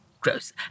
gross